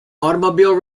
automobile